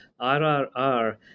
RRR